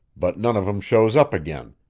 but none of em shows up again,